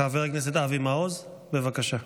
חבר הכנסת אבי מעוז, בבקשה.